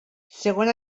segona